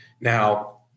Now